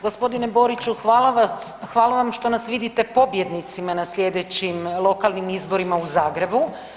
g. Boriću, hvala vam što nas vidite pobjednicima na slijedećim lokalnim izborima u Zagrebu.